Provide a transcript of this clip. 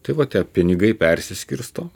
tai va tie pinigai persiskirsto